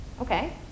Okay